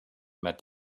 met